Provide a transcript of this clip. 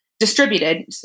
Distributed